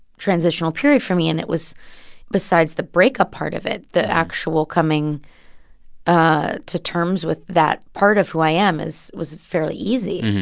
transitional period for me. and it was besides the breakup part of it, the actual coming ah to terms with that part of who i am was fairly easy.